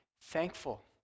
thankful